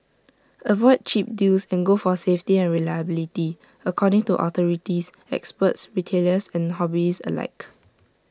avoid cheap deals and go for safety and reliability according to authorities experts retailers and hobbyists alike